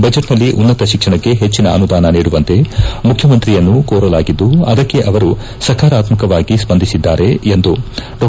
ಬಜೆಚ್ನಲ್ಲಿ ಉನ್ನತ ಶಿಕ್ಷಣಕ್ಕೆ ಹೆಚ್ಚನ ಅನುದಾನ ನೀಡುವಂತೆ ಮುಖ್ಯಮಂತ್ರಿಯನ್ನು ಕೋರಲಾಗಿದ್ದು ಅದಕ್ಷೆ ಅವರು ಸಕಾರಾತ್ಮಕವಾಗಿ ಸ್ವಂದಿಸಿದ್ದಾರೆ ಎಂದು ಡಾ